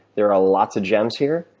there are lots of gems here,